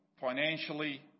financially